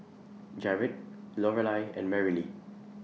Jarod Lorelei and Merrilee